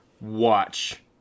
watch